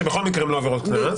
שבכל מקרה הן לא עבירות קנס.